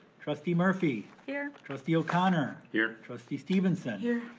trustee murphy. here. trustee o'connor. here. trustee stevenson. here.